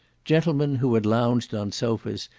gentlemen who had lounged on sofas,